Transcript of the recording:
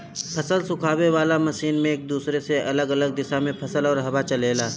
फसल सुखावे वाला मशीन में एक दूसरे से अलग अलग दिशा में फसल और हवा चलेला